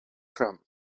from